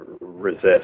resist